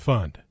Fund